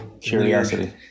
curiosity